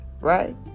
right